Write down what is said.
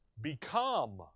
become